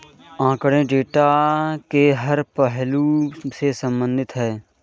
आंकड़े डेटा के हर पहलू से संबंधित है